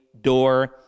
door